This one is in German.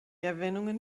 erwähnungen